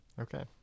Okay